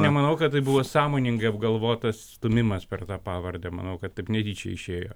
nemanau kad tai buvo sąmoningai apgalvotas stūmimas per tą pavardę manau kad taip netyčia išėjo